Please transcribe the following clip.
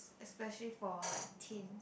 es~ especially for like teens